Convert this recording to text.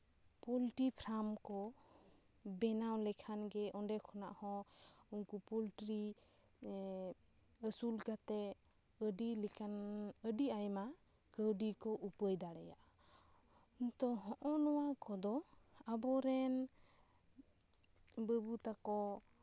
poultry farm ᱠᱚ ᱵᱮᱱᱟᱣ ᱞᱮᱠᱷᱟᱱ ᱜᱮ ᱚᱸᱰᱮ ᱠᱷᱚᱱᱟᱜ ᱦᱚᱸ ᱩᱱᱠᱩ ᱯᱚᱞᱴᱤᱨᱤ ᱟᱹᱥᱩᱞ ᱠᱟᱛᱮᱜ ᱟᱹᱰᱤ ᱞᱮᱠᱟᱱ ᱟᱹᱰᱤ ᱟᱭᱢᱟ ᱠᱟᱹᱣᱰᱤ ᱠᱚ ᱩᱯᱟᱹᱭ ᱫᱟᱲᱮᱭᱟᱜᱼᱟ ᱛᱚ ᱦᱚᱜᱼᱚᱭ ᱱᱚᱣᱟ ᱠᱚᱫᱚ ᱟᱵᱚᱨᱮᱱ ᱵᱟᱹᱵᱩ ᱛᱟᱠᱚ